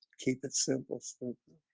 keep it simple so